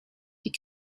die